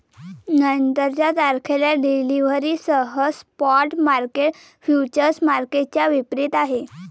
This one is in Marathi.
नंतरच्या तारखेला डिलिव्हरीसह स्पॉट मार्केट फ्युचर्स मार्केटच्या विपरीत आहे